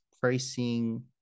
pricing